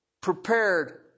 prepared